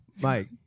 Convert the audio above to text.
Mike